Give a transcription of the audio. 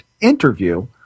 interview